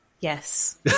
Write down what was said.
Yes